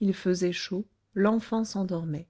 il faisait chaud l'enfant s'endormait